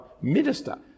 Minister